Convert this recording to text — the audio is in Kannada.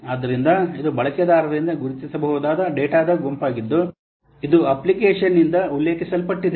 ಆದ್ದರಿಂದ ಇದು ಬಳಕೆದಾರರಿಂದ ಗುರುತಿಸಬಹುದಾದ ಡೇಟಾದ ಗುಂಪಾಗಿದ್ದು ಇದು ಅಪ್ಲಿಕೇಶನ್ನಿಂದ ಉಲ್ಲೇಖಿಸಲ್ಪಟ್ಟಿದೆ